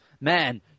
man